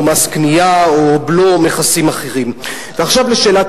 או מס קנייה,